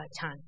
time